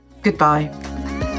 Goodbye